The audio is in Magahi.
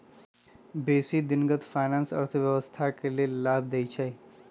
बेशी दिनगत फाइनेंस अर्थव्यवस्था के लेल लाभ देइ छै